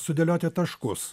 sudėlioti taškus